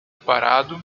parado